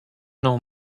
know